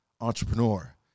entrepreneur